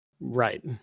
Right